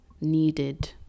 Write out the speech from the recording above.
needed